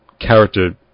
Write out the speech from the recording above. character